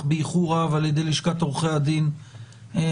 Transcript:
באיחור רב על-ידי לשכת עורכי הדין אתמול.